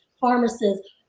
pharmacists